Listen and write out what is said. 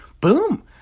Boom